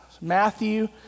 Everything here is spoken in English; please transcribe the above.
Matthew